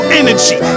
energy